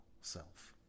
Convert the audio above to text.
self